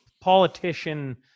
politician